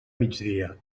migdia